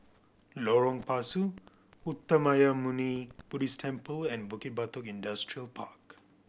Lorong Pasu Uttamayanmuni Buddhist Temple and Bukit Batok Industrial Park